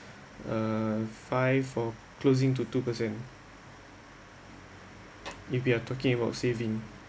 uh five four closing to two percent if you are talking about saving